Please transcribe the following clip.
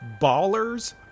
ballers